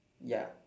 ya